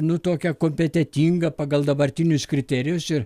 nu tokią kompetentingą pagal dabartinius kriterijus ir